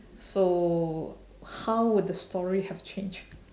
so how would the story have changed